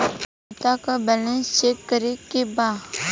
खाता का balance check करे के बा?